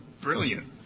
brilliant